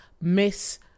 Miss